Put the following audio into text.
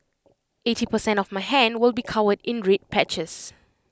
eighty per cent of my hand will be covered in red patches